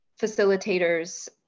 facilitators